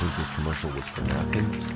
this commercial was for napkins?